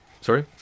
Sorry